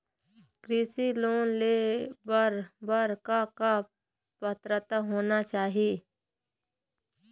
कृषि लोन ले बर बर का का पात्रता होना चाही?